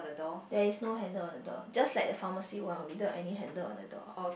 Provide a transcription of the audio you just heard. there is no handle on the door just like the pharmacy one without any handle on the door